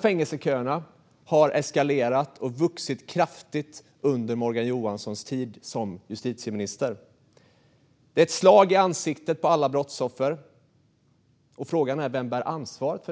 Fängelseköerna har eskalerat och vuxit kraftigt under Morgan Johanssons tid som justitieminister. Det är ett slag i ansiktet på alla brottsoffer. Frågan är vem som bär ansvaret.